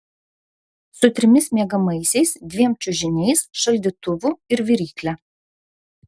su trimis miegamaisiais dviem čiužiniais šaldytuvu ir virykle